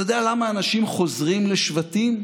אתה יודע למה האנשים חוזרים לשבטים?